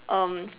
um